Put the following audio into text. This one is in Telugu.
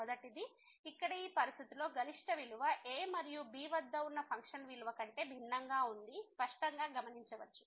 మొదటిది ఇక్కడ ఈ పరిస్థితిలో గరిష్ట విలువ a మరియు b వద్ద ఉన్న ఫంక్షన్ విలువ కంటే భిన్నంగా ఉంది స్పష్టంగా గమనించవచ్చు